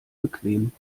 bequem